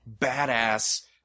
badass